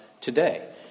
today